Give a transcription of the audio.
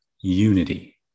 unity